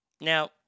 Now